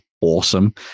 awesome